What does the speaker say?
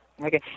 Okay